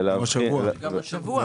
וגם השבוע.